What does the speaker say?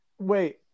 Wait